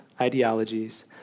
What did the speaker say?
ideologies